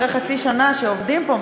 אחרי חצי שנה שעובדים פה,